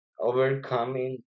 overcoming